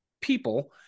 people